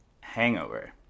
hangover